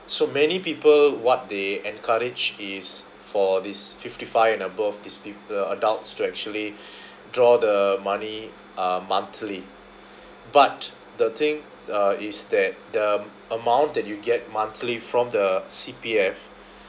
so many people what they encourage is for this fifty-five and above this peop~ uh adults to actually draw the money uh monthly but the thing uh is that the amount that you get monthly from the C_P_F